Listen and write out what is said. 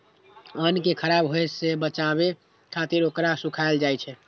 अन्न कें खराब होय सं बचाबै खातिर ओकरा सुखायल जाइ छै